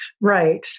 Right